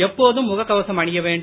எப்போதும் முகக் கவசம் அணிய வேண்டும்